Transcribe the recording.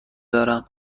دارم